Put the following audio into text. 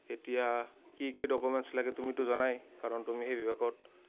এতিয়া কি কি ডকুমেণ্টছ লাগে তুমিতো জনাই কাৰণ তুমি সেই বিভাগত